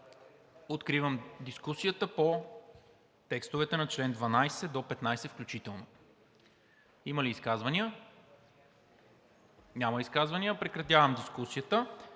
Откривам дискусията по текстовете от чл. 12 до чл. 15 включително. Има ли изказвания? Няма. Прекратявам дискусията.